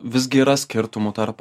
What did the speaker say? visgi yra skirtumų tarp